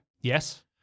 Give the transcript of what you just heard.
Yes